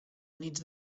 units